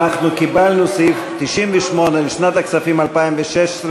אנחנו קיבלנו את סעיף 98 לשנת הכספים 2016,